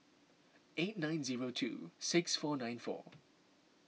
eight nine zero two six four nine four